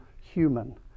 human